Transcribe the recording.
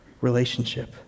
relationship